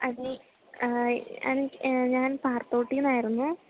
അതേ ഞാൻ പാറത്തോട്ടിനാരുന്നു